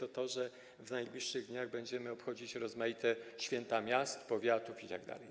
Otóż w najbliższych dniach będziemy obchodzić rozmaite święta miast, powiatów itd.